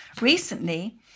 Recently